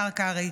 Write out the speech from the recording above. השר קרעי,